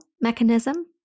mechanism